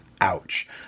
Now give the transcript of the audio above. ouch